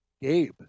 Gabe